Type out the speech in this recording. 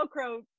Velcro